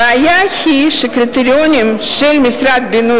הבעיה היא שהקריטריונים של משרד הבינוי